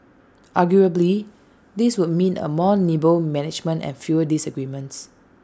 arguably this would mean A more nimble management and fewer disagreements